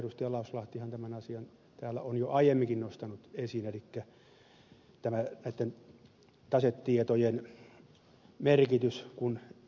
lauslahtihan tämän asian täällä on jo aiemminkin nostanut esiin elikkä näitten tasetietojen merkityksen